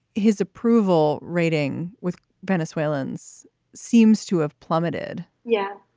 his approval rating with venezuelans seems to have plummeted. yeah.